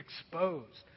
exposed